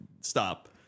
stop